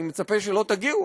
אני מצפה שלא תגיעו,